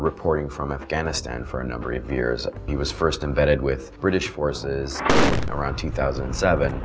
reporting from afghanistan for a number of years he was first embedded with british forces around two thousand and seven